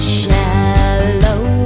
shallow